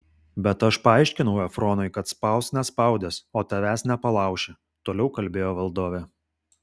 bet aš paaiškinau efronui kad spausk nespaudęs o tavęs nepalauši toliau kalbėjo valdovė